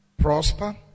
prosper